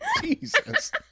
Jesus